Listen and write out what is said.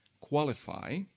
qualify